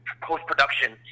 post-production